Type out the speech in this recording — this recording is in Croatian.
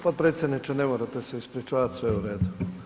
Potpredsjedniče, ne morate se ispričavat, sve u redu.